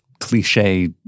cliche